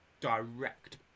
direct